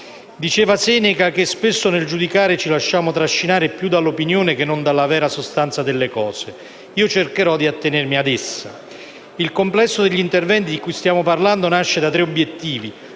Diceva Seneca che spesso, nel giudicare, ci lasciamo trascinare più dall'opinione che non dalla vera sostanza delle cose. Io cercherò di attenermi a essa. Il complesso degli interventi di cui stiamo parlando nasce da tre obiettivi: